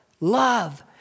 Love